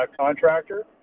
contractor